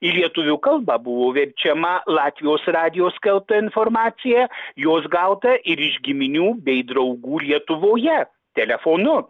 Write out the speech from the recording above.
į lietuvių kalbą buvo verčiama latvijos radijo skelbta informacija jos gauta ir iš giminių bei draugų lietuvoje telefonu